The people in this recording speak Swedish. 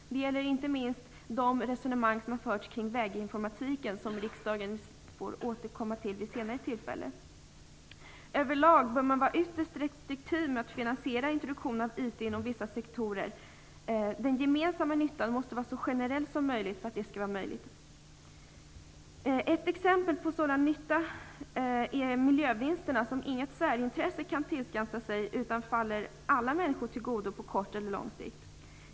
Det gäller inte minst väginformatiken, som riksdagen får återkomma till vid senare tillfälle. Över lag bör man vara ytterst restriktiv med att finansiera introduktionen av IT inom vissa sektorer. Den gemensamma nyttan måste vara så generell som möjligt för att det skall vara möjligt. Ett exempel på sådan nytta är miljövinsterna, som inget särintresse kan tillskansa sig utan som kommer alla människor till godo på kort eller lång sikt.